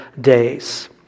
days